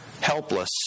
helpless